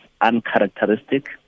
uncharacteristic